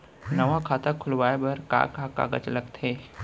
नवा खाता खुलवाए बर का का कागज लगथे?